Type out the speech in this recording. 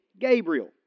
Gabriel